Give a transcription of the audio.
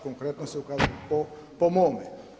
Konkretno se … po mome.